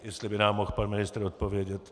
Jestli by nám mohl pan ministr odpovědět.